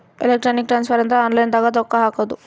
electronic transfer ಅಂದ್ರ online ದಾಗ ರೊಕ್ಕ ಹಾಕೋದು